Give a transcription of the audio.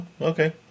Okay